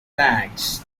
bags